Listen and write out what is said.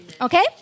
okay